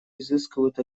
изыскивают